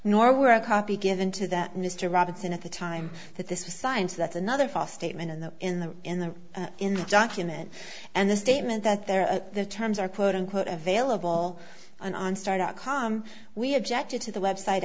nor were a copy given to that mr robertson at the time that this was science that's another false statement in the in the in the in the document and the statement that there are the terms are quote unquote available on start up we objected to the website